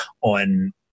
on